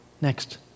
next